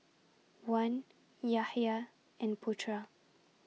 Wan Yahya and Putera